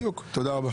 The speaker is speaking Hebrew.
תודה.